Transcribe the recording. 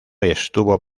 estuvo